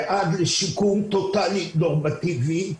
ועד לשיקום טוטאלי נורמטיבי,